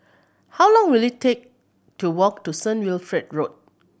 how long will it take to walk to Saint Road Wilfred Road